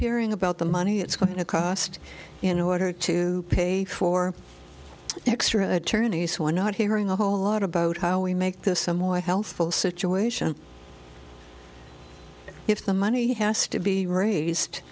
hearing about the money it's going to cost in order to pay for extra attorneys we're not hearing a whole lot about how we make this somewhat healthful situation if the money has to be raised